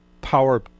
power